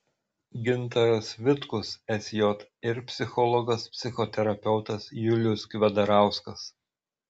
gintaras vitkus sj ir psichologas psichoterapeutas julius kvedarauskas